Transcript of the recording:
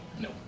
No